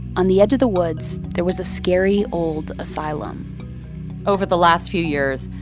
on the edge of the woods there was a scary old asylum over the last few years,